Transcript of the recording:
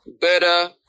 better